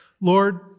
Lord